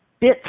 bits